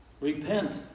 Repent